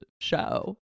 show